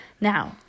Now